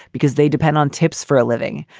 because they depend on tips for a living.